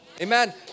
amen